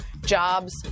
jobs